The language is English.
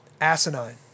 asinine